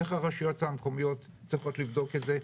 איך הרשויות המקומיות צריכות לבדוק את זה.